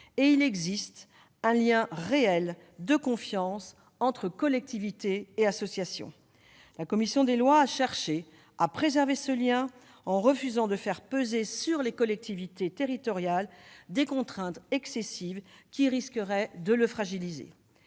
et il existe un réel lien de confiance entre collectivités et associations. La commission des lois a cherché à préserver ce lien en refusant de faire peser sur les collectivités territoriales des contraintes excessives qui risqueraient de le fragiliser.